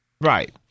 Right